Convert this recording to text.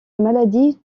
maladie